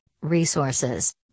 resources